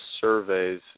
surveys